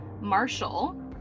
Marshall